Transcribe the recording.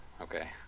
Okay